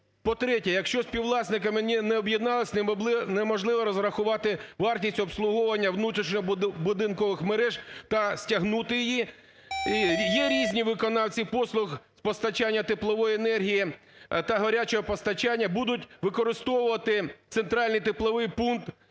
По-третє, якщо співвласники не об'єдналися, не можливо розрахувати вартість обслуговування внутрішньобудинкових мереж та стягнути її. Є різні виконавці послуг з постачання теплової енергії та гарячого постачання, будуть використовувати центральний тепловий пункт